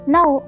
Now